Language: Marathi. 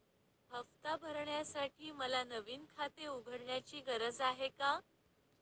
हफ्ता भरण्यासाठी मला नवीन खाते उघडण्याची गरज आहे का?